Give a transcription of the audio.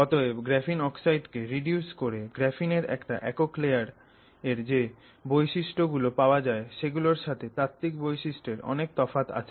অতএব graphene oxide কে reduce করে গ্রাফিনের একটা একক লেয়ারের যে বৈশিষ্ট্য গুলো পাওয়া যায় সেগুলোর সাথে তাত্ত্বিক বৈশিষ্ট্যর অনেক তফাৎ আছে